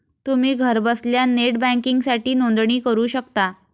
तुम्ही घरबसल्या नेट बँकिंगसाठी नोंदणी करू शकता